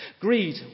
Greed